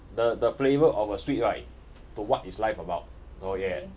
the the flavour of a sweet right to what is life about so yeah